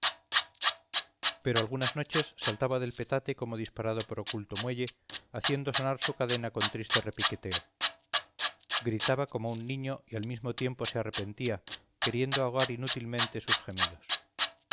pero algunas noches saltaba del petate como disparado por oculto muelle haciendo sonar su cadena con triste repiqueteo gritaba como un niño y al mismo tiempo se arrepentía queriendo ahogar inútilmente sus gemidos